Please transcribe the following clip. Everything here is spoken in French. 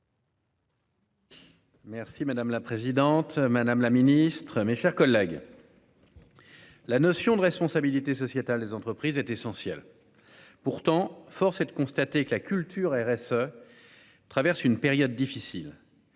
Merci madame la présidente, madame la Ministre, mes chers collègues. La notion de responsabilité sociétale des entreprises est essentiel. Pourtant, force est de constater que la culture RSE. Traverse une période difficile.